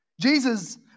Jesus